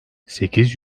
sekiz